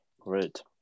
Great